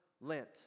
Lent